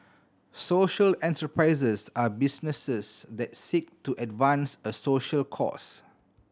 social enterprises are businesses that seek to advance a social cause